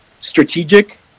strategic